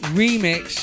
remix